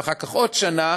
ואחר כך עוד שנה,